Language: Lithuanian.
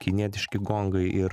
kinietiški gongai ir